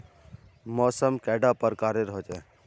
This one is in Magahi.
मौसम कैडा प्रकारेर होचे?